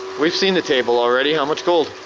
we've seen the table already, how much gold?